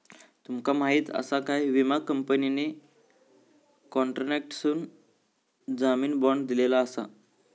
तुमका माहीत आसा काय, विमा कंपनीने कॉन्ट्रॅक्टरकडसून जामीन बाँड दिलेलो आसा